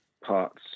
parts